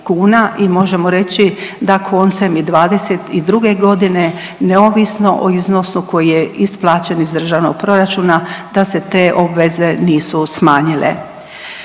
i možemo reći da koncem i '22. g. neovisno o iznosu koji je isplaćen iz državnog proračuna da se te obveze nisu smanjile.